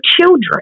children